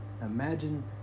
Imagine